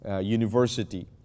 University